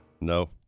No